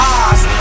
eyes